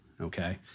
Okay